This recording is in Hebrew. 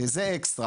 זה אקסטרה,